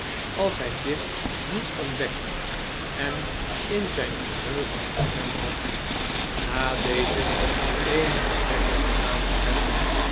als hh dit niet ontdekt en in zijn geheugen geprent had na deze eene ontdekking gedaan te hebben